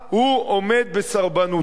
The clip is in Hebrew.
הוא עומד בסרבנותו,